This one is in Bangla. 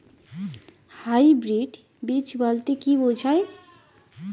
হাইব্রিড বীজ বলতে কী বোঝায়?